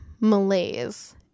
malaise